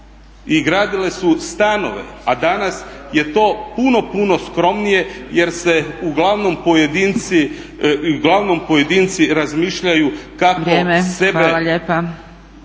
i gradile su stanove. A danas je to puno, puno skromnije jer se uglavnom pojedinci razmišljaju kako sebe